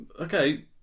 Okay